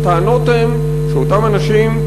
הטענות הן שאותם אנשים,